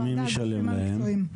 מי משלם להם?